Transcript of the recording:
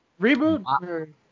reboot